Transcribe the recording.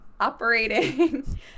operating